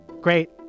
Great